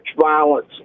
violence